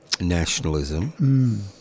nationalism